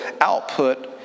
output